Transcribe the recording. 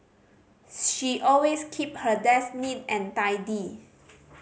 she always keep her desk neat and tidy